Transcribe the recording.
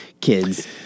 kids